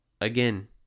again